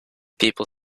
people